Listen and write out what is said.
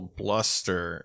bluster